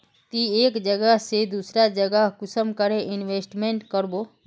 ती एक जगह से दूसरा जगह कुंसम करे इन्वेस्टमेंट करबो?